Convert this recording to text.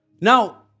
Now